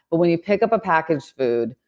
but when you pick up a package food,